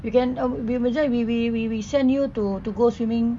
you can uh we will just we we we we send you to go swimming